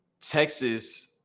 Texas